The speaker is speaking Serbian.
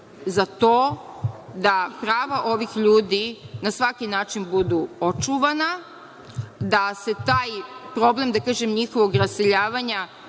za to da prava ovih ljudi na svaki način budu očuvana, da se taj problem njihovog raseljavanja